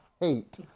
hate